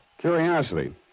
Curiosity